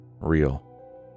Real